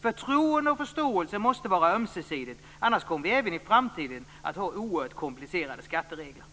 Förtroendet och förståelse måste vara ömsesidigt, annars kommer vi även i framtiden att ha oerhört komplicerade skatteregler.